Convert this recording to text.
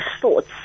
thoughts